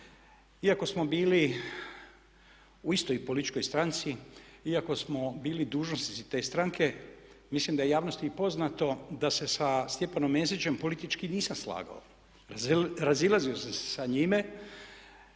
Iako smo bili u istoj političkoj stranci, iako smo bili dužnosnici te stranke, mislim da je i javnosti poznato da se sa Stjepanom Mesićem politički i nisam slagao, razilazio sam se sa njime,